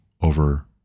over